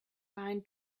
pine